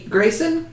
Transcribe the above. Grayson